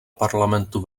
parlamentu